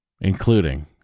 including